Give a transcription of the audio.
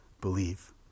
Believe